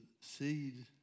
seed